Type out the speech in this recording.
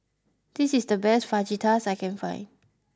this is the best Fajitas that I can find